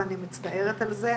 ואני מצטערת על זה,